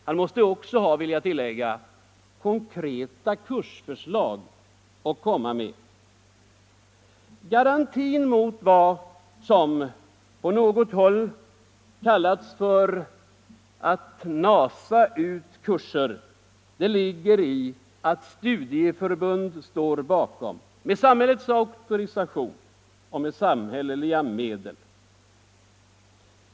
Han måste också, vill jag tillägga, ha konkreta kursförslag att komma med. Garantin mot vad som på något håll har kallats för att nasa ut kurser ligger i att ett studieförbund står bakom, med samhällets auktorisation och med samhälleliga medel.